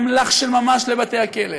אמל"ח של ממש לבתי-הכלא.